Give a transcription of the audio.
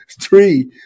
three